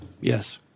Yes